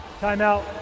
Timeout